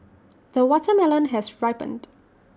the watermelon has ripened